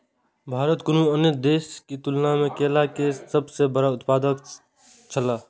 भारत कुनू अन्य देश के तुलना में केला के सब सॉ बड़ा उत्पादक छला